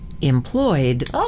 employed